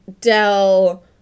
Dell